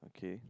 okay